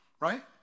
Right